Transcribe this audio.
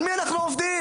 על מי אנחנו עובדים?